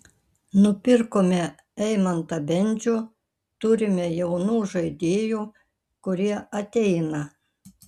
nupirkome eimantą bendžių turime jaunų žaidėjų kurie ateina